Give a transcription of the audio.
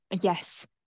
Yes